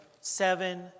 seven